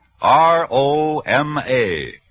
R-O-M-A